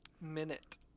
Minute